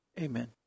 amen